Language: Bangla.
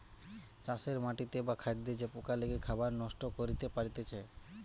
চাষের মাটিতে বা খাদ্যে যে পোকা লেগে খাবার নষ্ট করতে পারতিছে